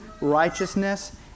righteousness